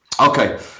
Okay